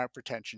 hypertension